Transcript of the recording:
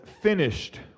finished